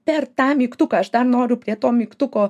per tą mygtuką aš dar noriu prie to mygtuko